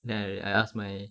then I I I ask me